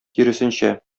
киресенчә